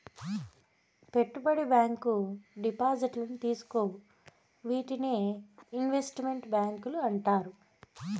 పెట్టుబడి బ్యాంకు డిపాజిట్లను తీసుకోవు వీటినే ఇన్వెస్ట్ మెంట్ బ్యాంకులు అంటారు